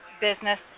business